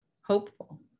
hopeful